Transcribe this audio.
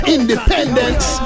Independence